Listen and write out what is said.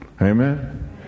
Amen